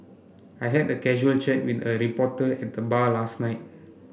I had a casual chat with early reporter at the bar last night